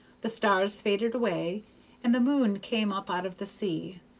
the stars faded away and the moon came up out of the sea,